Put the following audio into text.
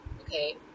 okay